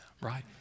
right